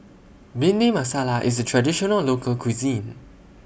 Bhindi Masala IS A Traditional Local Cuisine